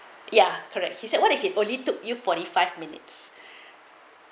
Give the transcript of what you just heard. ya correct he said what you can only took you forty five minutes